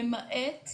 למעט,